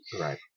Right